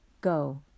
Go